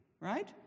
Right